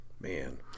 Man